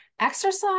Exercise